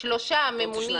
שלושה ממונים,